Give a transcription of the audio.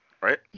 right